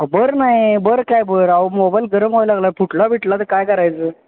बरं नाही बरं काय बरं अहो मोबाईल गरम व्हायला लागला फुटला बिटला तर काय करायचं